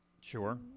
sure